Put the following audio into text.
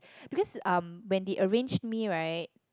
because um when they arranged me right